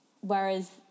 Whereas